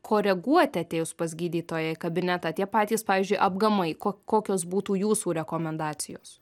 koreguoti atėjus pas gydytoją į kabinetą tie patys pavyzdžiui apgamai kokios būtų jūsų rekomendacijos